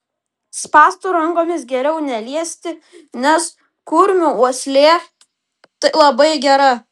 spąstų rankomis geriau neliesti nes kurmių uoslė labai gera